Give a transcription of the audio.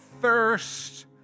thirst